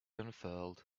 unfurled